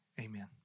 amen